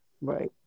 Right